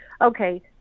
okay